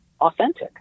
authentic